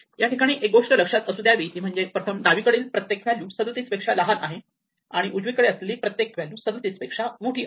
या ठिकाणी एक गोष्ट लक्षात असू द्यावी ती म्हणजे डावीकडील प्रत्येक व्हॅल्यू 37 पेक्षा लहान आहे आणि उजवीकडे असलेली प्रत्येक व्हॅल्यू 37 पेक्षा मोठी आहे